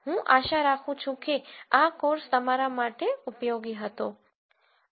હું આશા રાખું છું કે આ કોર્સ તમારા માટે ઉપયોગી હતો